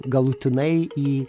galutinai į